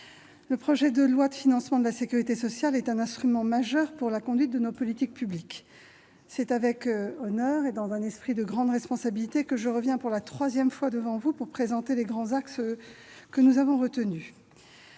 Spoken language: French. le projet de loi de financement de la sécurité sociale (PLFSS) est un instrument majeur pour la conduite de nos politiques publiques. C'est avec honneur et dans un esprit de grande responsabilité que je reviens pour la troisième fois devant vous pour présenter les grands axes que nous avons retenus.